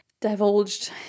divulged